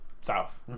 south